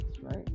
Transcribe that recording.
right